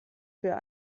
für